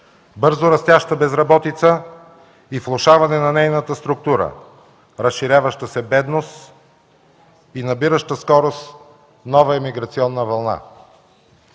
бързо растяща безработица и влошаване на нейната структура; разширяваща се бедност и набираща скорост нова емиграционна вълна.